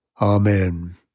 Amen